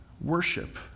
worship